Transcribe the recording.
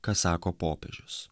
ką sako popiežius